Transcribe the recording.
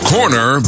Corner